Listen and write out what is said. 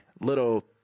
little